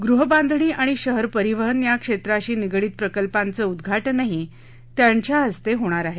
गृहबांधणी आणि शहर परिवहन या क्षेत्राशी निगडित प्रकल्पांचं उद्गा जही त्यांच्या हस्ते होणार आहे